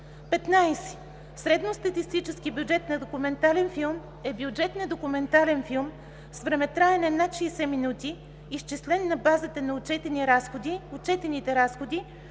година. 15. „Средностатистически бюджет на документален филм” е бюджет на документален филм с времетраене над 60 минути, изчислен на базата на отчетните разходи